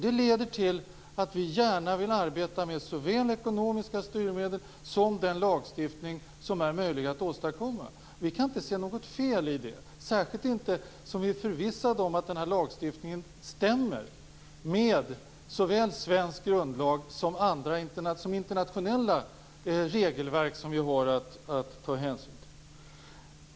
Det leder till att vi gärna vill arbeta såväl med ekonomiska styrmedel som med den lagstiftning som är möjlig att åstadkomma. Vi kan inte se något fel i det, särskilt inte som vi är förvissade om att den här lagstiftningen stämmer såväl med svensk grundlag som med internationella regelverk som vi har att ta hänsyn till.